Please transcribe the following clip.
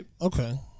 okay